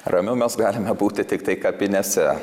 ramiau mes galime būti tiktai kapinėse